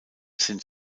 sind